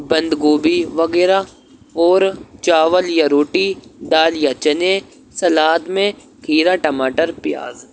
بند گوبھی وغیرہ اور چاول یا روٹی دال یا چنے سلاد میں کھیرا ٹماٹر پیاز